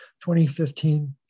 2015